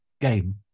game